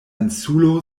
insulo